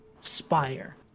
spire